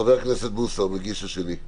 חבר הכנסת בוסו, המגיש השני.